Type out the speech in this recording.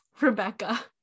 Rebecca